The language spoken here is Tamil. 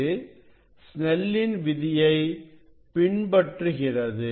இது சினெல்லின் விதியை பின்பற்றுகிறது